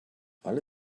alle